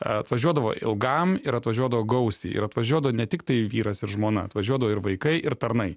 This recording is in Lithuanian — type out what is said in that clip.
atvažiuodavo ilgam ir atvažiuodavo gausiai ir atvažiuodavo ne tiktai vyras ir žmona atvažiuodavo ir vaikai ir tarnai